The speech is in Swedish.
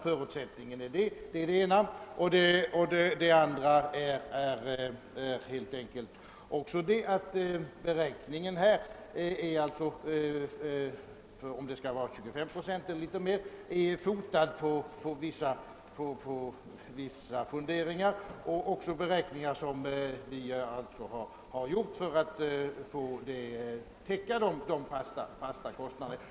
För det andra är beräkningarna om huruvida det bör vara 25 procent eller mer fotade på funderingar om och noga överväganden av hur mycket som behövs för att täcka de fasta kostnaderna.